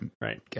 right